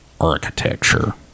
architecture